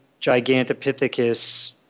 Gigantopithecus